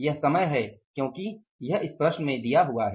यह समय है क्योंकि यह इस प्रश्न में दिया हुआ है